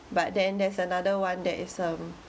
but then there's another one that is um